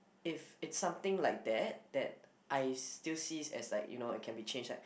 if it's something like that that I still see as like you know it can be changed like